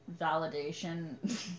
validation